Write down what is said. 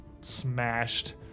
smashed